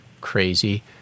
crazy